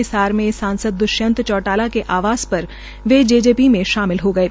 हिसार से सांसद द्वष्यंत चौटाला के आवास पर वे जे जे पी में शामिल हो गये